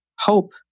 hope